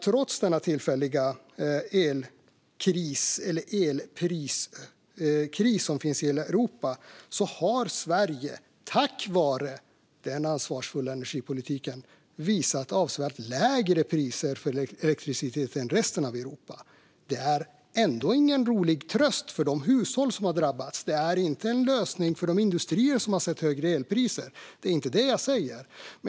Trots denna tillfälliga elpriskris, som finns i hela Europa, har Sverige tack vare den ansvarsfulla energipolitiken visat upp avsevärt lägre priser på elektricitet än resten av Europa. Det är ändå ingen rolig tröst för de hushåll som har drabbats. Det är ingen lösning för de industrier som har sett högre elpriser. Det är inte det jag säger.